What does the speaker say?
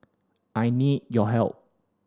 I need your help